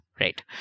right